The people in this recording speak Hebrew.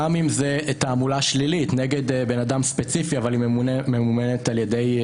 גם אם זו תעמולה שלילית נגד בן אדם ספציפי אבל היא ממומנת על-ידי...